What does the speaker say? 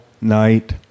night